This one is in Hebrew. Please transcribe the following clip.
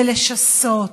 ולשסות,